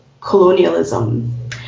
colonialism